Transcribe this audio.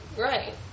Right